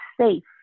safe